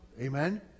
Amen